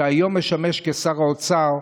שהיום משמש כשר האוצר,